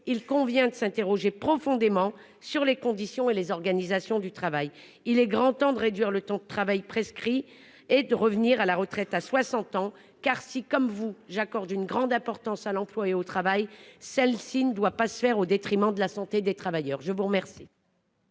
il convient de s'interroger profondément sur les conditions et l'organisation du travail. Il est grand temps de réduire le temps de travail prescrit et de revenir à la retraite à 60 ans. En effet, si, comme vous, j'accorde une grande importance à l'emploi et au travail, cela ne doit pas se faire au détriment de la santé des travailleurs. Avant de